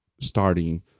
starting